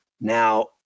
Now